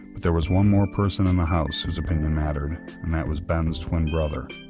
there was one more person in the house whose opinion mattered and that was ben's twin brother,